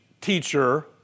teacher